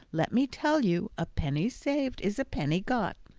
let me tell you a penny saved is a penny got!